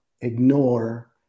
ignore